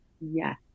yes